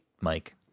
Mike